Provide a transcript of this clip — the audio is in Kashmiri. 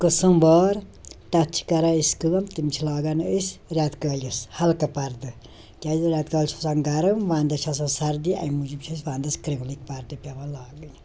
قٕسٕم وار تَتھ چھِ کَران أسۍ کٲم تِم چھِ لاگان أسۍ رٮ۪تہٕ کٲلِس ہلکہٕ پردٕ کیٛازِ رٮ۪تہٕ کالہِ چھُ آسان گرٕم ونٛدس چھِ آسان سردی اَمہِ موٗجوٗب چھِ أسۍ ونٛدس کِرٛولٕکۍ پردٕ تہِ پٮ۪وان لاگٕنۍ